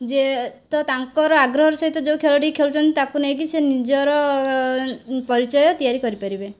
ଯେ ତ ତାଙ୍କର ଆଗ୍ରହର ସହିତ ଯେଉଁ ଖେଳଟିକୁ ଖେଳୁଛନ୍ତି ତାକୁ ନେଇକି ସେ ନିଜର ପରିଚୟ ତିଆରି କରିପାରିବେ